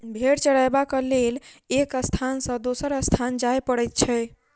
भेंड़ चरयबाक लेल एक स्थान सॅ दोसर स्थान जाय पड़ैत छै